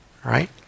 right